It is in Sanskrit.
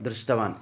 दृष्टवान्